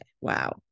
Wow